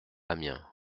amiens